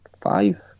Five